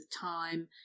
time